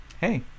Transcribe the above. hey